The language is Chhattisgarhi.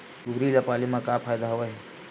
कुकरी ल पाले म का फ़ायदा हवय?